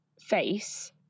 face